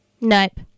Nope